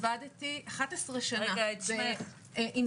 זה חשוב מאוד.